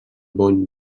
bony